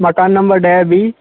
मकान नम्बर ॾह बी